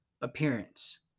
appearance